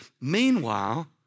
Meanwhile